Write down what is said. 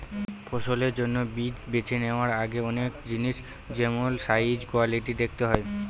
ফসলের জন্য বীজ বেছে নেওয়ার আগে অনেক জিনিস যেমল সাইজ, কোয়ালিটি দেখতে হয়